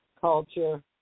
culture